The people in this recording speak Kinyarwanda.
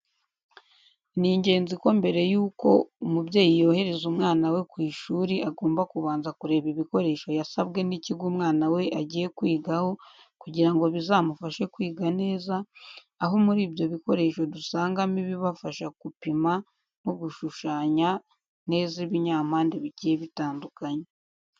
Ni ingenzi ko mbere y'uko umubyeyi yohereza umwana we ku ishuri agomba kubanza kureba ibikoresho yasabwe n’ikigo umwana we agiye kwigaho kugira ngo bizamufashe kwiga neza, aho muri ibyo bikoresho dusangamo ibibafasha kupima no gushushanya neza ibinyampande bigiye bitandukanye.